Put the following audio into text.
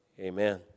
Amen